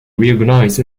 reorganized